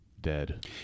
dead